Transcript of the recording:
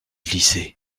lisait